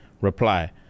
Reply